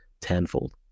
tenfold